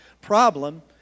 problem